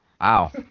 Wow